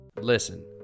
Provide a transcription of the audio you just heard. Listen